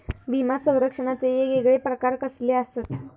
विमा सौरक्षणाचे येगयेगळे प्रकार कसले आसत?